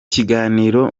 kiganiro